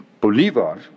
Bolivar